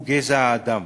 הוא גזע האדם.